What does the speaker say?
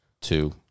two